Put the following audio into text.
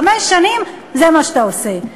חמש שנים זה מה שאתה עושה.